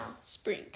Spring